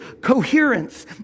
coherence